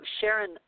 Sharon